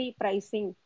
pricing